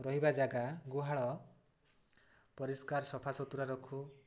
ରହିବା ଜାଗା ଗୁହାଳ ପରିଷ୍କାର ସଫାସୁତୁରା ରଖୁ